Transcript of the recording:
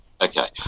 okay